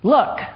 Look